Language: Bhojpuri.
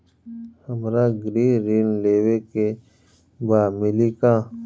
हमरा गृह ऋण लेवे के बा मिली का?